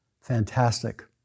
fantastic